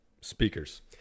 speakers